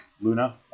Luna